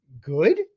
good